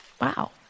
Wow